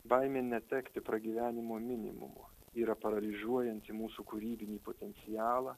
baimė netekti pragyvenimo minimumo yra paralyžiuojanti mūsų kūrybinį potencialą